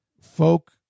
folk